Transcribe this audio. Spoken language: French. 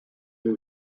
deux